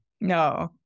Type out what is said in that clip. No